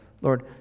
Lord